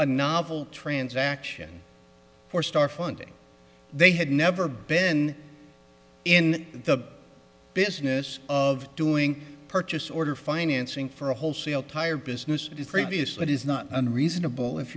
a novel transaction for star funding they had never been in the business of doing purchase order financing for a wholesale tire business previous that is not unreasonable if